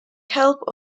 help